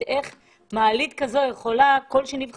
חומר כזה או חומר כזה.